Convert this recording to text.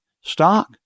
stock